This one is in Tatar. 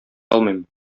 алмыйм